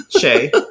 Shay